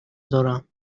دارم